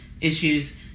issues